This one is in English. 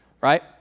right